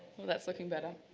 that's looking better.